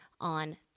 on